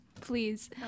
please